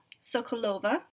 Sokolova